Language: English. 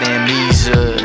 amnesia